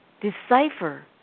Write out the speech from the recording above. decipher